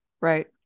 Right